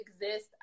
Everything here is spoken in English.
exist